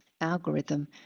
algorithm